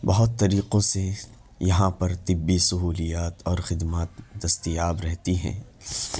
بہت طریقوں سے یہاں پر طبی سہولیات اور خدمات دستیاب رہتی ہیں